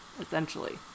essentially